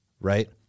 right